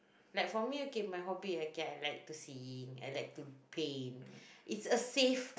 like for me okay my hobby okay I like to sing I like to paint it's a safe